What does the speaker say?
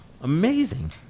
Amazing